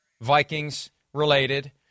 Vikings-related